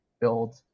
build